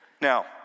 Now